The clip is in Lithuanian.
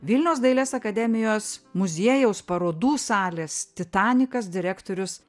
vilniaus dailės akademijos muziejaus parodų salės titanikas direktorius